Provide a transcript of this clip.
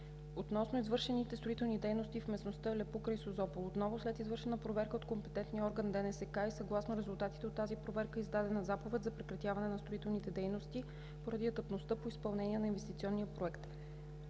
Относно извършените строителни дейности в местността Алепу, край Созопол. Отново след извършена проверка от компетентния орган ДНСК и съгласно резултатите от тази проверка е издадена заповед за прекратяване на строителните дейности, поради етапността по изпълнение на инвестиционния проект.